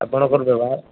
ଆପଣଙ୍କର ବ୍ୟବହାର